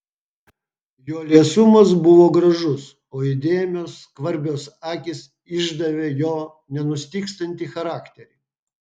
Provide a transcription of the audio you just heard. jo liesumas buvo gražus o įdėmios skvarbios akys išdavė jo nenustygstantį charakterį